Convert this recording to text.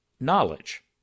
knowledge